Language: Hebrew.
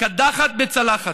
קדחת בצלחת.